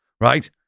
right